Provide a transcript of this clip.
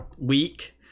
week